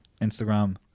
Instagram